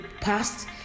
past